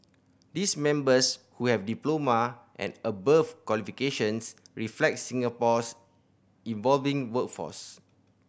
these members who have diploma and above qualifications reflect Singapore's evolving workforce